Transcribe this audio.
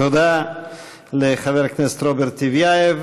תודה לחבר הכנסת רוברט טיבייב.